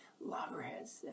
loggerheads